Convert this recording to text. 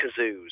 kazoos